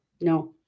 no